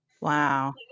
Wow